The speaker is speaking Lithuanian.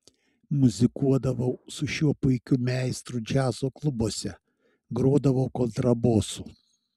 muzikuodavau su šiuo puikiu meistru džiazo klubuose grodavau kontrabosu